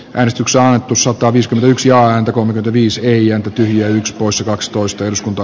väristyksiä tusovka viiskytyks ja antakoon viisi eija tyhjenx poissa kaksitoista eduskunta